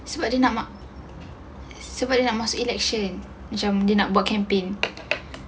sebab dia nak sebab dia nak masuk election macam dia nak buat campaign